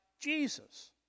Jesus